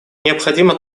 необходимо